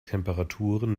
temperaturen